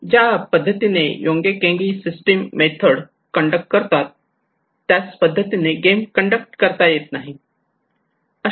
ज्या पद्धतीने योंन्मेंकैगी सिस्टिम मेथड कंडक्ट करतात त्याच पद्धतीने गेम कंडक्ट करता येत नाही